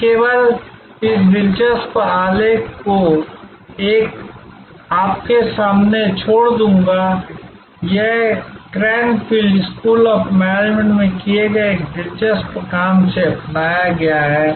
मैं केवल इस दिलचस्प आरेख को आपके सामने छोड़ दूंगा यह क्रैनफील्ड स्कूल ऑफ मैनेजमेंट में किए गए एक दिलचस्प काम से अपनाया गया है